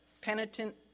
penitent